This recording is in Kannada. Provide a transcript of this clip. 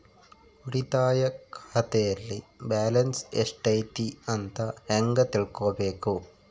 ಉಳಿತಾಯ ಖಾತೆಯಲ್ಲಿ ಬ್ಯಾಲೆನ್ಸ್ ಎಷ್ಟೈತಿ ಅಂತ ಹೆಂಗ ತಿಳ್ಕೊಬೇಕು?